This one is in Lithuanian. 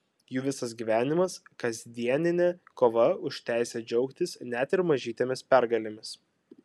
jų visas gyvenimas kasdieninė kova už teisę džiaugtis net ir mažytėmis pergalėmis